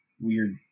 weird